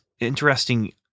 interesting